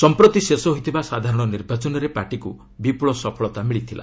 ସମ୍ପ୍ରତି ଶେଷ ହୋଇଥିବା ସାଧାରଣ ନିର୍ବାଚନରେ ପାର୍ଟିକୁ ବିପୁଳ ସଫଳତା ମିଳିଥିଲା